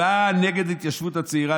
הצבעה נגד ההתיישבות הצעירה,